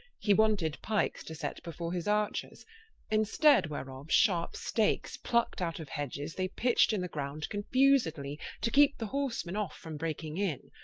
he wanted pikes to set before his archers in stead whereof, sharpe stakes pluckt out of hedges they pitched in the ground confusedly, to keepe the horsemen off, from breaking in.